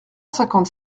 cinquante